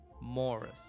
Morris